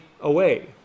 away